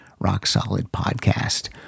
rocksolidpodcast